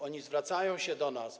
Oni zwracają się do nas.